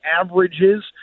averages